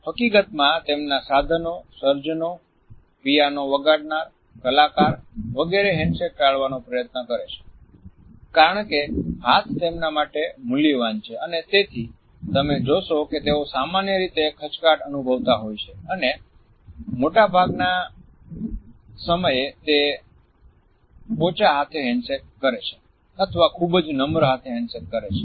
હકીકતમાં તેમના સાધનો સર્જનો પિયાનો વગાડનાર કલાકાર વગેરે હેન્ડશેક ટાળવાનો પ્રયાસ કરે છે કારણ કે હાથ તેમના માટે મૂલ્યવાન છે અને તેથી તમે જોશો કે તેઓ સામાન્ય રીતે ખચકાટ અનુભવતા હોય છે અને મોટાભાગના સમયે તે પોચા હાથે હેન્ડશેક કરે છે અથવા ખુબજ નમ્ર હાથે હેન્ડશેક કરે છે